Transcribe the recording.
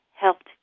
helped